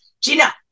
Gina